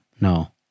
No